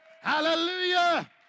Hallelujah